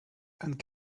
and